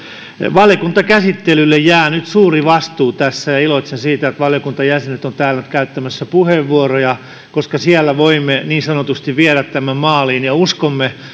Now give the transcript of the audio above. valiokuntakäsittelylle jää nyt suuri vastuu tässä ja iloitsen siitä että valiokunnan jäsenet ovat täällä käyttämässä puheenvuoroja koska siellä voimme niin sanotusti viedä tämän maaliin uskomme